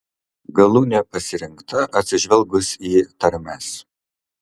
galūnė pasirinkta atsižvelgus į tarmes